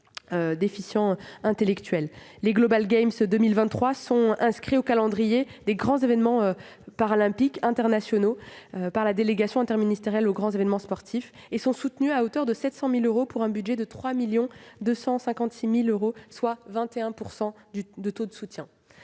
Les 2023 sont inscrits au calendrier des grands événements paralympiques internationaux par la délégation interministérielle aux grands événements sportifs, et sont soutenus à hauteur de 700 000 euros pour un budget de 3,256 millions d'euros, soit 21 % de taux de soutien.